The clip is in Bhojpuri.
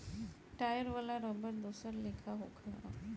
टायर वाला रबड़ दोसर लेखा होला